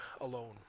alone